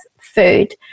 food